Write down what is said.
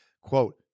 quote